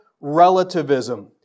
relativism